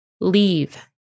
Leave